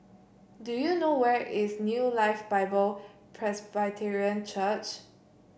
do you know where is New Life Bible Presbyterian Church